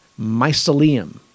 mycelium